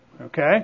Okay